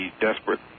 desperate